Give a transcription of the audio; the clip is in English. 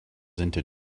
into